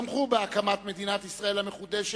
תמכו בהקמת מדינת ישראל המחודשת,